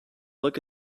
look